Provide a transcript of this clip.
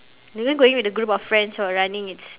maybe going with a group of friends for running it's